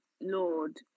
Lord